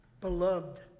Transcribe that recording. Beloved